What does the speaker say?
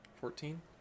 Fourteen